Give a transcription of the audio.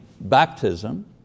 baptism